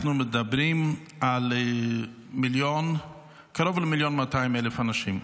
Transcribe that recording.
אנחנו מדברים על קרוב ל-1.2 מיליון אנשים.